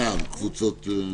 אה, "קבוצות האוכלוסייה".